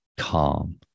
calm